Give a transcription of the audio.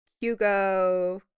Hugo